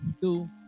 two